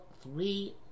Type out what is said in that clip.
three